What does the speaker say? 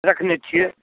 रखने छियै